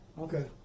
Okay